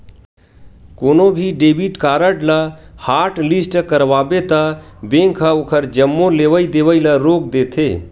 कोनो भी debit card ल हॉटलिस्ट करवाबे त बेंक ह ओखर जम्मो लेवइ देवइ ल रोक देथे